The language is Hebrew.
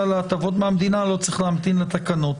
להטבות מהמדינה לא צריך להמתין לתקנות.